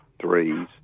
threes